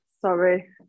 sorry